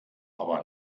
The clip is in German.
aber